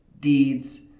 deeds